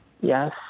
Yes